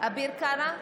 אביר קארה,